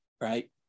Right